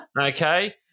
Okay